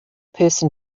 person